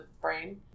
brain